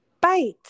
bite